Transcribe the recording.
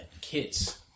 kids